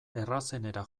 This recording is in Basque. errazenera